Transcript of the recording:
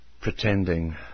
pretending